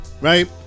Right